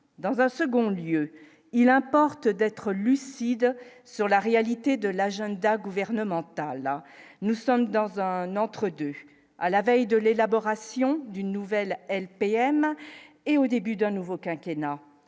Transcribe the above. dans un second lieu, il importe d'être lucide sur la réalité de l'agenda gouvernemental là nous sommes dans un entre 2, à la veille de l'élaboration d'une nouvelle LPM et au début d'un nouveau quinquennat